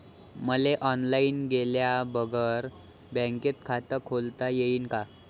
मले ऑनलाईन गेल्या बगर बँकेत खात खोलता येईन का?